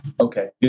Okay